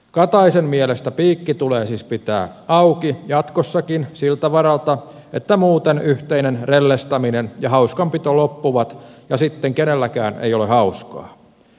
kataisen mielestä piikki tulee siis pitää auki jatkossakin siltä varalta että muuten yhteinen rellestäminen ja hauskanpito loppuvat ja sitten kenelläkään ei ole hauskaa